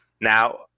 Now